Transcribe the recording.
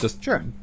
Sure